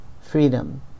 freedom